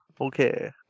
Okay